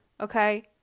Okay